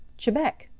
chebec!